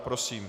Prosím.